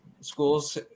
schools